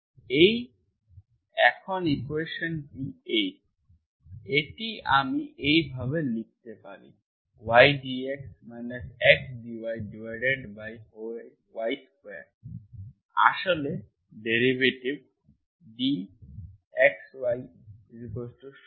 এই এখন ইকুয়েশন্টি এই এটা আমি এই ভাবে লিখতে পারি y dx x dyy2 আসলে ডেরিভেটিভ dxy0 এর